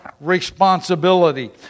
responsibility